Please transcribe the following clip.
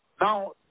Now